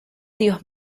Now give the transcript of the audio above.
dios